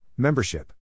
Membership